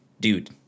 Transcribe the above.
dude